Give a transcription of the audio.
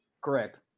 Correct